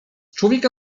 człowieka